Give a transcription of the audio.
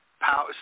power